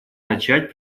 начать